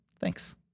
thanks